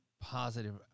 positive